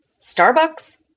Starbucks